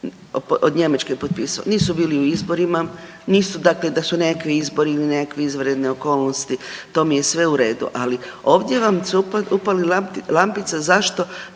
Njemačke potpisao. Nisu bili u izborima, nisu dakle da su nekakvi izbori ili nekakve izvanredne okolnosti, to mi je sve u redu, ali ovdje vam se upali lampica zašto